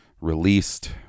released